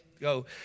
go